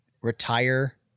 retire